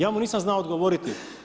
Ja mu nisam znao odgovoriti.